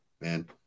man